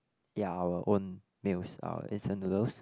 ya our own meals our instant noodles